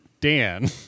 Dan